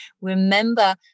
remember